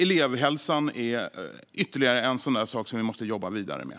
Elevhälsan är helt klart en sak som vi måste jobba vidare med.